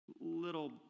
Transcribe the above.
little